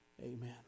Amen